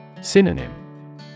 Synonym